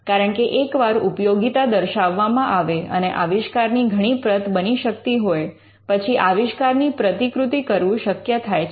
કારણકે એકવાર ઉપયોગીતા દર્શાવવામાં આવે અને આવિષ્કારની ઘણી પ્રત બની શકતી હોય પછી આવિષ્કારની પ્રતિકૃતિ કરવું શક્ય થાય છે